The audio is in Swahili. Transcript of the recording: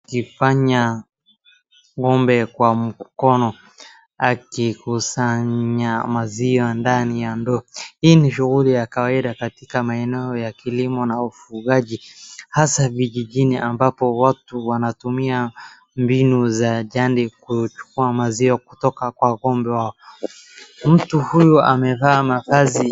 Akikama ng'ombe kwa mkono, akikusanya maziwa ndani ya ndoo. Hii ni shughuli ya kawaida katika maeneo ya kilimo na ufugaji, hasa vijijini ambapo watu wanatumia mbinu za jandi kuchukua maziwa kutoka kwa ng'ombe wao. Mtu huyu amevaa mavazi.